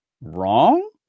wrong